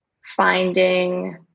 finding